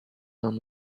non